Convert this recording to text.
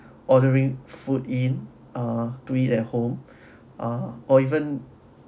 ordering food in ah to eat at home ah or even